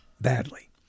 badly